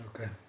Okay